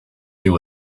you